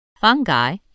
Fungi